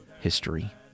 history